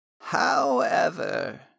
However